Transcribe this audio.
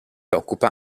occupa